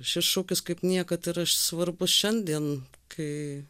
šis šūkis kaip niekad yra svarbus šiandien kai